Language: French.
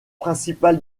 principal